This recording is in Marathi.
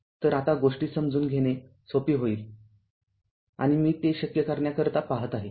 तरआता गोष्टी समजून घेणे सोपे होईल आणि मी ते शक्य करण्याकरिता पाहत आहे